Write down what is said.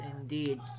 indeed